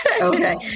Okay